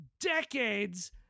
decades